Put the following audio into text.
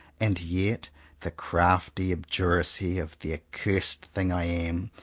and yet the crafty obduracy of the accursed thing i am,